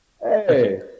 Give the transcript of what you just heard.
Hey